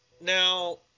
Now